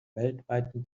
weltweiten